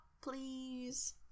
please